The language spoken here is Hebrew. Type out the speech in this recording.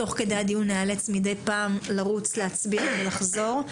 תוך כדי הדיון אני איאלץ מידי פעם לרוץ להצביע ואז אחזור.